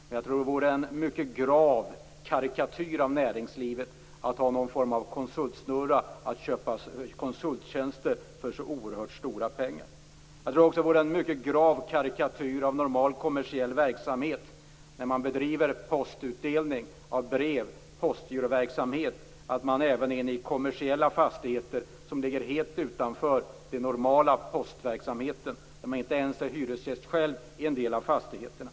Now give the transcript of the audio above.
Men jag tror att det vore en mycket grav karikatyr av näringslivet att ha någon form av konsultsnurra, och köpa konsulttjänster för så oerhört stora pengar. Jag tror också att det vore en mycket grav karikatyr av normal kommersiell verksamhet att bedriva postutdelning och bred postgiroverksamhet och samtidigt gå in i kommersiella fastigheter, som ligger helt utanför den normala postverksamheten. Posten är ju inte ens hyresgäst själv i en del av fastigheterna.